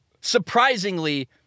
surprisingly